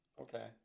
Okay